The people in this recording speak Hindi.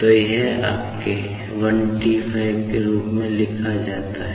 तो यह आपके 15T रूप में लिखा जा सकता है